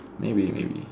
maybe maybe